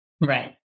right